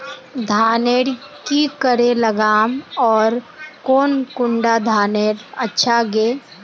धानेर की करे लगाम ओर कौन कुंडा धानेर अच्छा गे?